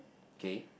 okay